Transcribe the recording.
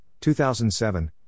2007